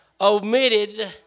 omitted